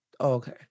okay